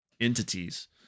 entities